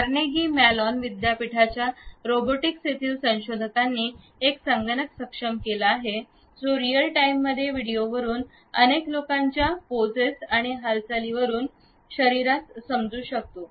Carnegie Mellon विद्यापीठाच्या robotics येथील संशोधकांनी एक संगणक सक्षम केला आहे जो रिअल टाइममध्ये व्हिडिओवरून अनेक लोकांच्या पोझेस आणि हालचाली वरून शरीरास समजू शकतो